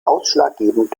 ausschlaggebend